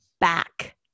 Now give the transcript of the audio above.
back